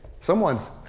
Someone's